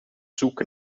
zoek